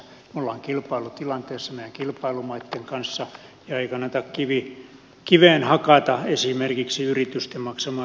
me olemme kilpailutilanteessa meidän kilpailijamaittemme kanssa ja ei kannata kiveen hakata esimerkiksi yritysten maksamaa yhteisöverotasoa